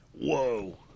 whoa